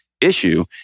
issue